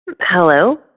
Hello